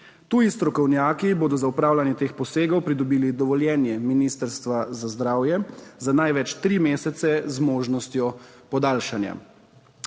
Tuji strokovnjaki bodo za opravljanje teh posegov pridobili dovoljenje Ministrstva za zdravje za največ tri mesece z možnostjo podaljšanja.